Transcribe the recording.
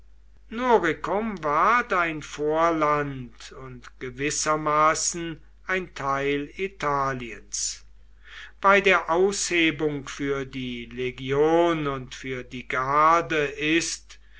noricum ward ein vorland und gewissermaßen ein teil italiens bei der aushebung für die legion und für die garde ist